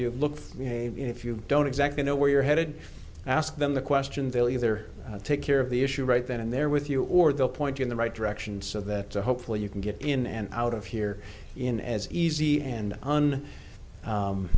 you look if you don't exactly know where you're headed ask them the question they'll either take care of the issue right then and there with you or they'll point you in the right direction so that hopefully you can get in and out of here in as easy and on